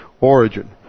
Origin